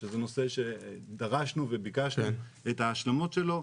שזה נושא שדרשנו וביקשנו את ההשלמות שלו,